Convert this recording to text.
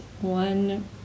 one